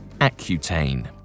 Accutane